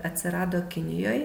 atsirado kinijoj